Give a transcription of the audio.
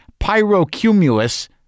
pyrocumulus